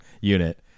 Unit